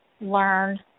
learn